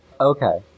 Okay